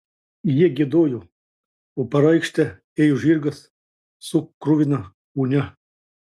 jie giedojo o per aikštę ėjo žirgas su kruvina gūnia